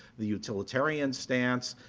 the utilitarian stance.